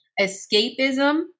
escapism